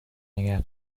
نگه